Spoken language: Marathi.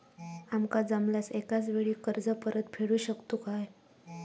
आमका जमल्यास एकाच वेळी कर्ज परत फेडू शकतू काय?